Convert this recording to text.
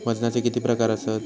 वजनाचे किती प्रकार आसत?